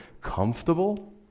comfortable